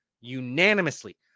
unanimously